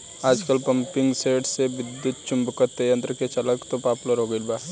आजकल पम्पींगसेट के विद्युत्चुम्बकत्व यंत्र से चलावल पॉपुलर हो गईल बा